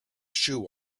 shoe